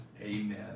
Amen